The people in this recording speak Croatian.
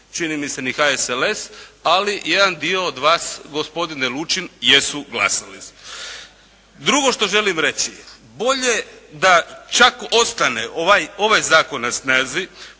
čini mi se ni HSLS, ali jedan dio od vas gospodine Lučin jesu glasali su. Drugo što želim reći je bolje da čak ostane ovaj zakon na snazi